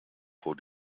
vor